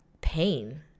pain